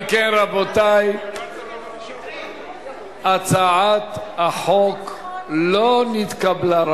אם כן, רבותי, הצעת החוק לא נתקבלה.